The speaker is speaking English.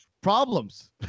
problems